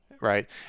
right